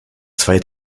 zwei